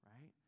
right